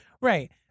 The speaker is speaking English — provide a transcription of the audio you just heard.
Right